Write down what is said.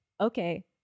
okay